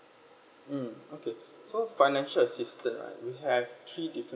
mm okay so financial assistance right we have three different